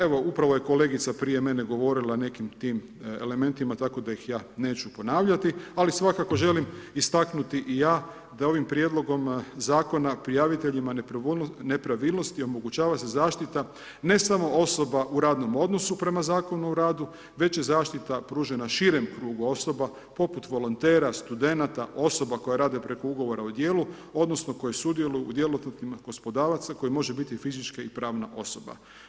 Evo upravo je kolegica prije mene govorila o nekim tim elementima tako da ih ja neću ponavljati, ali svakako želim istaknuti i ja da ovim prijedlogom zakona prijavitelj nepravilnosti omogućava se zaštita ne samo osoba u radnom odnosu prema zakonu o radu, već i zaštita pružena širem krugu osoba poput volontera, studenata, osoba koja rade preko ugovora o djelu, odnosno koje sudjeluju u ... poslodavaca koji može biti fizička i pravna osoba.